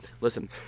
listen